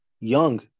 young